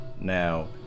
Now